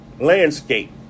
landscape